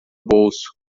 bolso